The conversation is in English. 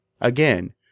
Again